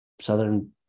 southern